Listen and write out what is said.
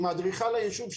עם אדריכל היישוב,